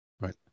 Right